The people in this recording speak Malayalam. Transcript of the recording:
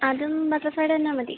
അതും ബട്ടർഫ്ലൈയുടെ തന്നാൽ മതി